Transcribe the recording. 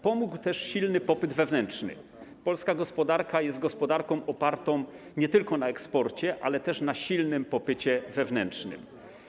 Pomógł też silny popyt wewnętrzny - polska gospodarka jest gospodarką opartą nie tylko na eksporcie, ale też na silnym popycie wewnętrznym.